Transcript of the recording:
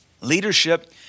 Leadership